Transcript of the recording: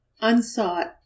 unsought